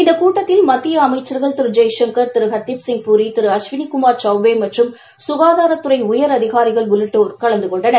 இந்த கூட்டத்தில் மத்திய அமைச்சர்கள் திரு ஜெய்சங்கள் திரு ஹர்தீப் சிங்பூரி திரு அஸ்வினிகுமார் சௌபே மற்றும் சுகாதாரத்துறை உயரதிகாரிகள் உள்ளிட்டோர் கலந்து கொண்டனர்